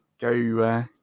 go